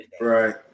right